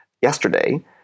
yesterday